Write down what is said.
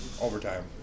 overtime